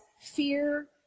fear